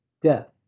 death